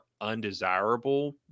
undesirable